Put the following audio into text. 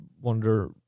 wonder